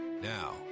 Now